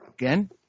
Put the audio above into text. again